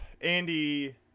Andy